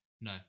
no